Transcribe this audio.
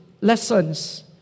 lessons